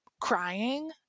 crying